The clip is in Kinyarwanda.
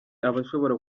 abashobora